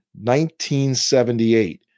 1978